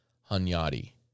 Hunyadi